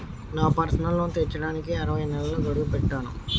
నా personal loan తీర్చడానికి అరవై నెలల గడువు పెట్టాను